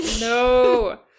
No